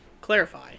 Clarify